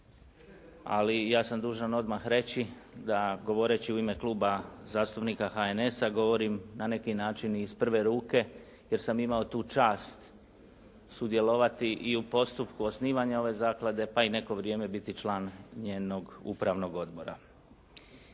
ali ja sam dužan odmah reći da govoreći u ime Kluba zastupnika HNS-a govorim na neki način i iz prve ruke, jer sam imao tu čast sudjelovati i u postupku osnivanja ove zaklade pa i neko vrijeme biti član njenog upravnog odbora.